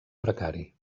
precari